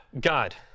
God